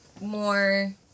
more